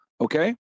Okay